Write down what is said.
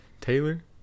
Taylor